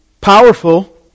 powerful